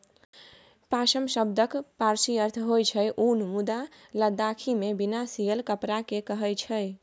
पाश्म शब्दक पारसी अर्थ होइ छै उन मुदा लद्दाखीमे बिना सियल कपड़ा केँ कहय छै